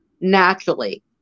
naturally